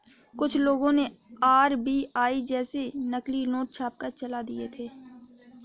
कुछ लोगों ने आर.बी.आई जैसे नकली नोट छापकर चला दिए थे